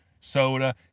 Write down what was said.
Soda